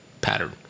pattern